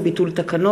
(שעת-חירום) (ביטול תקנות),